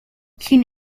sin